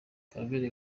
claver